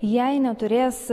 jei neturės